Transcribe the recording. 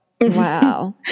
wow